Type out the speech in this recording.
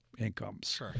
incomes